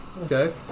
Okay